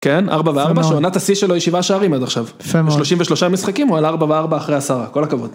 כן ארבע וארבע שעונת השיא שלו היא שבעה שערים עד עכשיו. יפה מאוד. שלושים ושלושה משחקים הוא על ארבע וארבע אחרי עשרה. כל הכבוד.